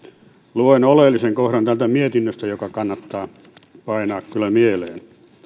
luen oleellisen kohdan joka kannattaa kyllä painaa mieleen